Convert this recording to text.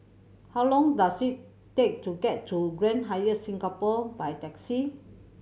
how long does it take to get to Grand Hyatt Singapore by taxi